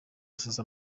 asize